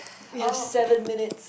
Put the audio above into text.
we have seven minutes